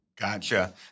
Gotcha